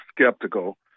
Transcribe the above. skeptical